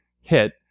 hit